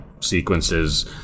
sequences